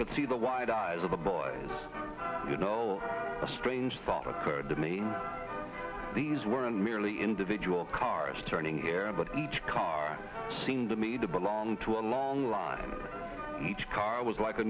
could see the wide eyes of a boy you know a strange thought occurred to me these were in merely individual cars turning air but each car seemed to me to belong to a long line each car was like a